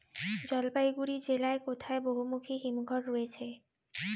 জলপাইগুড়ি জেলায় কোথায় বহুমুখী হিমঘর রয়েছে?